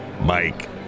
Mike